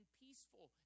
peaceful